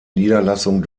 niederlassung